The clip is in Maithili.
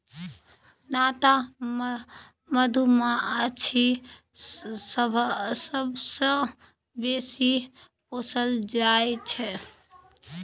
नाटा मधुमाछी सबसँ बेसी पोसल जाइ छै